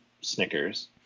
Snickers